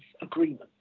agreements